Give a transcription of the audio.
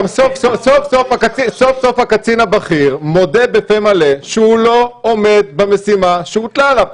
גם סוף סוף הקצין הבכיר מודה בפה מלא שהוא לא עומד במשימה שהוטלה עליו,